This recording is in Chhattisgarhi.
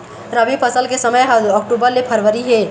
रबी फसल के समय ह अक्टूबर ले फरवरी हे